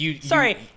Sorry